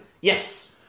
Yes